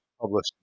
published